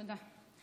תודה.